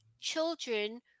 children